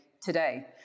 today